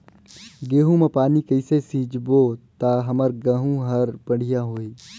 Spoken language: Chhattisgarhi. गहूं म पानी कइसे सिंचबो ता हमर गहूं हर बढ़िया होही?